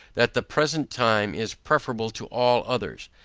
that the present time is preferable to all others.